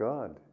God